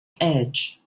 age